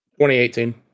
2018